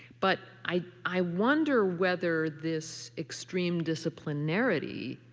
but i i wonder whether this extreme disciplinarity